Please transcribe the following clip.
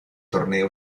torneo